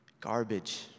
garbage